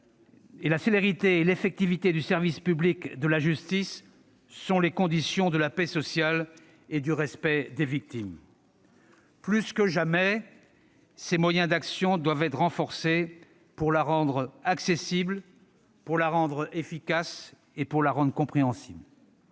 La célérité et l'effectivité du service public de la justice sont les conditions de la paix sociale et du respect des victimes. « Plus que jamais, ses moyens d'action doivent être renforcés pour la rendre accessible, compréhensible et efficace. Des efforts